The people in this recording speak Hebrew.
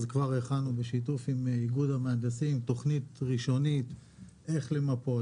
אז כבר הכנו בשיתוף עם איגוד המהנדסים תוכנית ראשונית איך למפות,